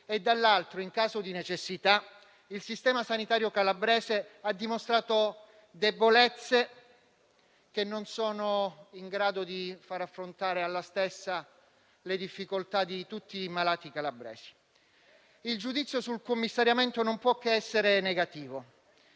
e dall'altro, in caso di necessità, il sistema sanitario calabrese ha dimostrato debolezze che non gli consentono di affrontare le difficoltà di tutti i malati calabresi. Il giudizio sul commissariamento non può che essere negativo.